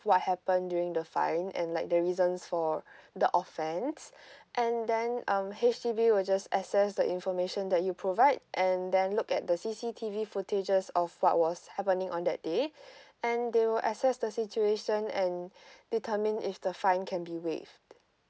what happened during the fine and like the reasons for the offence and then um H_D_B will just assess the information that you provide and then look at the C_C_T_V footages of what was happening on that day and they will assess the situation and determine if the fine can be waived